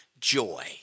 joy